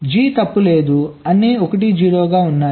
g తప్పు లేదు అన్నీ 1 0 గా ఉన్నాయి